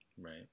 Right